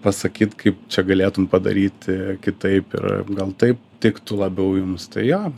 pasakyt kaip čia galėtum padaryti kitaip ir gal taip tiktų labiau jums tai jo